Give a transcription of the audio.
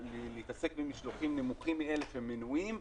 להתעסק במשלוחים נמוכים מאלה שמנויים,